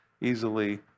easily